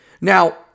now